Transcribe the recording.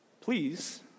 please